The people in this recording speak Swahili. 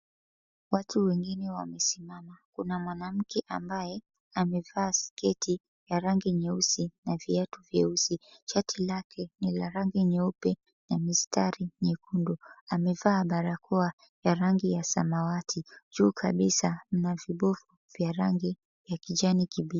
Watu wengine wamesimama. Kuna mwanamke ambaye amevaa sketi ya rangi nyeusi na viatu vyeusi, shati lake ni la rangi nyeupe na mistari nyekundu. Amevaa barakoa ya rangi ya samawati, juu kabisa na vibofu vya rangi ya kijani kibichi.